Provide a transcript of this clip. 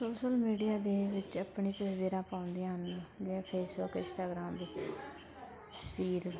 social media ਦੇ ਵਿੱਚ ਆਪਣੀ ਤਸਵੀਰਾਂ ਪਾਉਂਦੇ ਹਨ ਜਿਵੇਂ ਫੇਸਬੁੱਕ ਇੰਸਟਾਗ੍ਰਾਮ ਵਿੱਚ ਤਸਵੀਰ